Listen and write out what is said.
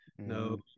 No